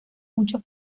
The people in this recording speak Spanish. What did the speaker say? muchos